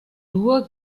nur